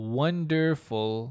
wonderful